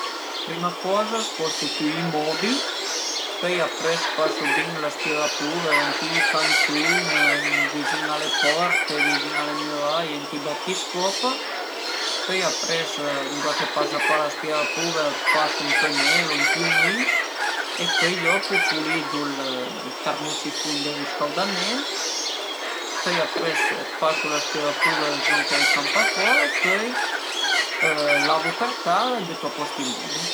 Prima coza spostu tüti i mobil, pöi apres pasu bin l'aspirapuver ën tüti i cantun, vizin a le porte, vizin a le müraie, ënt i battiscopa, pöi apres endua ch'a a pasa pa l'aspirapuver, pasu ën penel o ün piümin e pöi dopu pulidu ël termusifun dël riscaudament, pöi apres pasu l'aspirapuver sü lon chë l'ai campà fora, pöi lavu per tera e bütu a post i mobil